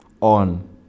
on